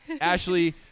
Ashley